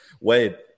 Wade